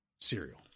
cereal